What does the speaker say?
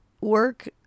work